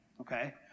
okay